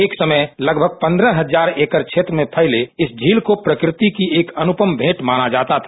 एक समय लगभग पंद्रह हजार एकड क्षेत्र में फैले इस झील को प्रकृति की एक अनुपम भेंट माना जाता है